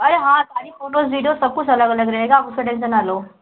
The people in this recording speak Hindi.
अरे हाँ सारी फ़ोटोज़ वीडियोज़ सब कुछ अलग अलग रहेगा उसका टेंसन ना लो